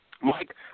Mike